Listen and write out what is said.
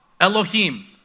Elohim